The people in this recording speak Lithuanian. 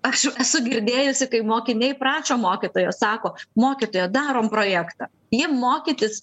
aš esu girdėjusi kai mokiniai prašo mokytojos sako mokytoja darom projektą jiem mokytis